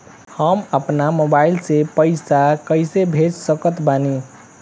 हम अपना मोबाइल से पैसा कैसे भेज सकत बानी?